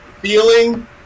feeling